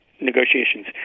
negotiations